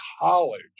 college